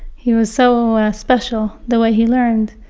he was so special, the way he learned.